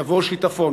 יבוא שיטפון.